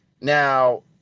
Now